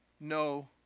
no